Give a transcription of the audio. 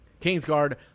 Kingsguard